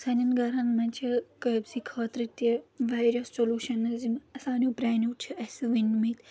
سانؠن گَرَن منٛز چھِ قٲبضی خٲطرٕ تہِ واریاہ سولوٗشَنٕز یِم سانیٚو پرٛانیو چھِ اَسہِ ؤنمٕتۍ